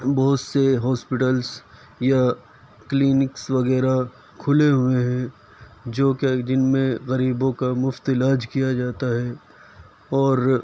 بہت سے ہاسپٹلس یا کلینکس وغیرہ کھلے ہوئے ہیں جو کہ جن میں غریبوں کا مفت علاج کیا جاتا ہے اور